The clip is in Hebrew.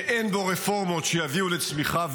שאין בו רפורמות שיביאו לצמיחה,